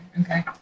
Okay